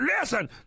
Listen